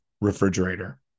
refrigerator